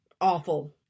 awful